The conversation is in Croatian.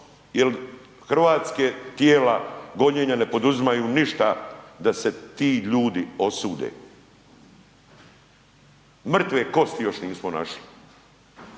jer hrvatske tijela gonjenja ne poduzimaju ništa da se ti ljudi osude. Mrtve kosti još nismo našli.